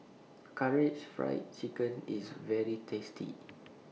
Karaage Fried Chicken IS very tasty